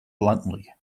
bluntly